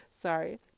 sorry